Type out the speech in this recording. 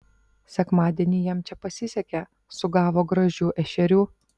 sekmadienį jam čia pasisekė sugavo gražių ešerių